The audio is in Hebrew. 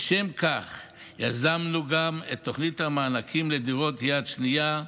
לשם כך יזמנו גם את תוכנית המענקים לדירות יד שנייה,